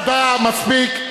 תודה, מספיק.